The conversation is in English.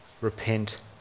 repent